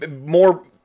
more